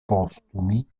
postumi